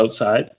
outside